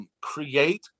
Create